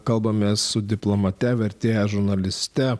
kalbamės su diplomate vertėja žurnaliste